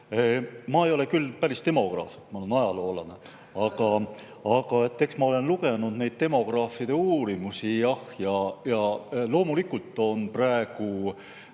Ma ei ole küll päris demograaf, ma olen ajaloolane, aga eks ma olen lugenud demograafide uurimusi. Loomulikult on praegu